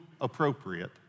appropriate